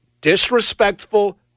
disrespectful